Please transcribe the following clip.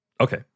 Okay